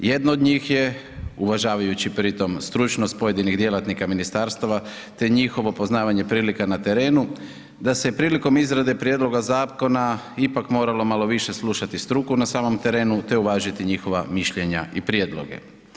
Jedno od njih je uvažavajući pri tom stručnost pojedinih djelatnika ministarstava te njihovo poznavanje prilika na terenu da se prilikom izrade prijedloga zakona ipak moralo malo više slušati struku na samom terenu te uvažiti njihova mišljenja i prijedloge.